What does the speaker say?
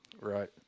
right